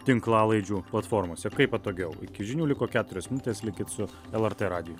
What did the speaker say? tinklalaidžių platformose kaip patogiau iki žinių liko keturios minutės likit su lrt radiju